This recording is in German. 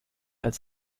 als